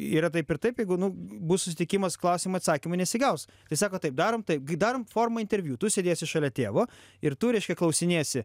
yra taip ir taip jeigu nu bus susitikimas klausimai atsakymai nesigaus tai sako taip darom darom forma interviu tu sėdėsi šalia tėvo ir tu reiškia klausinėsi